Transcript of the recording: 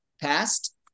passed